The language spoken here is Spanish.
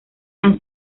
han